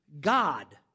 God